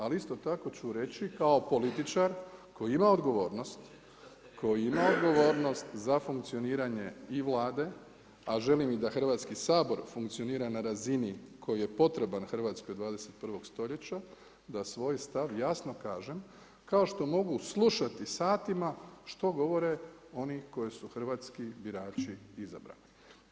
Ali isto tako ću reći kao političar koji ima odgovornost za funkcioniranje i Vlade, a želim da i Hrvatski sabor funkcionira na razini koji je potreban Hrvatskoj 21. stoljeća da svoj stav jasno kažem kao što mogu slušati satima što govore oni koje su hrvatski birači izabrali.